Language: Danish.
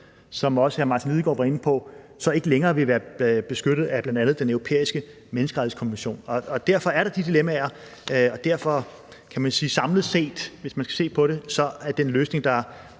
som også hr. Martin Lidegaard var inde på, ikke længere ville være beskyttet af bl.a. Den Europæiske Menneskerettighedskonvention. Derfor er der de dilemmaer. Samlet set, hvis man skal se på det, er den løsning, der